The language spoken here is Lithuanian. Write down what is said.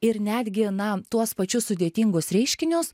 ir netgi na tuos pačius sudėtingus reiškinius